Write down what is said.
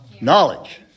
knowledge